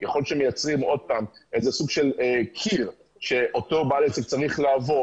וככל שמייצרים עוד פעם איזה סוג של קיר שאותו בעל עסק צריך לעבור